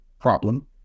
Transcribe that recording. problem